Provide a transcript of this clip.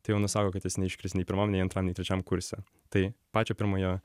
tai jau nusako kad jis neiškris nei pirmam nei antram nei trečiam kurse tai pačio pirmojo